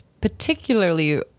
particularly